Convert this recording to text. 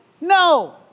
No